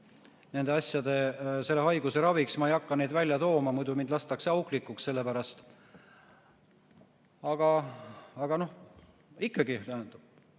näpunäiteid selle haiguse raviks. Ma ei hakka neid välja tooma, muidu mind lastakse auklikuks sellepärast. Aga ikkagi,